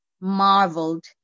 marveled